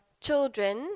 children